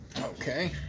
okay